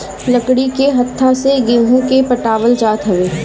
लकड़ी के हत्था से गेंहू के पटावल जात हवे